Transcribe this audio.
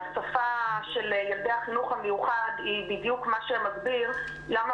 ילדי החינוך המיוחד היא בדיוק מה שמסביר למה